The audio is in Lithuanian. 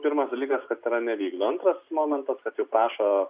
pirmas dalykas kad yra nevykdo antras momentas kad jau prašo